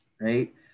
right